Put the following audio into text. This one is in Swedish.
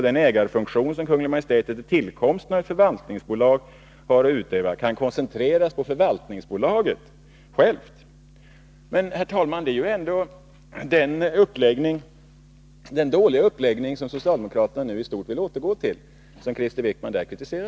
Den ägarfunktion som Kungl. Maj:t efter tillkomsten av ett förvaltningsbolag har att utöva kan koncentreras på förvaltningsbolaget självt.” Likväl är det denna dåliga uppläggning som socialdemokraterna nu i stort vill återgå till. Herr talman!